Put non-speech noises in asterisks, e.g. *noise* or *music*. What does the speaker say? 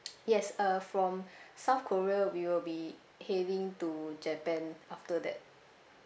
*noise* yes uh from south korea we will be heading to japan after that